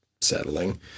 settling